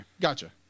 Gotcha